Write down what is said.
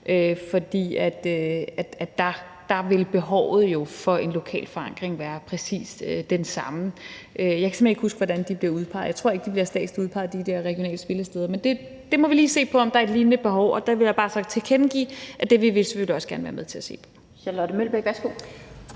for der vil behovet for en lokal forankring jo være præcis den samme. Jeg kan simpelt hen ikke huske, hvordan de bliver udpeget. Jeg tror ikke, at de bliver statsligt udpeget i de der regionale spillesteder, men vi må lige se på, om der er et lignende behov. Og der vil jeg så bare tilkendegive, at det vil vi selvfølgelig også gerne være med til at se på. Kl. 14:02 Den fg.